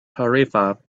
tarifa